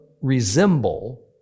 resemble